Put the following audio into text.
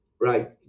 right